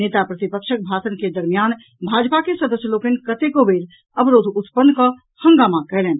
नेता प्रतिपक्षक भाषण के दरमियान भाजपा के सदस्य लोकनि कतेको बेर अवरोध उत्पन्न कऽ हंगामा कयलनि